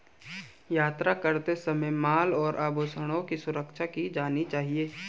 यात्रा करते समय माल और आभूषणों की सुरक्षा की जानी चाहिए